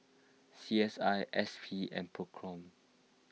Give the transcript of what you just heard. C S I S P and Procom